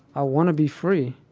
i want to be free.